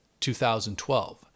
2012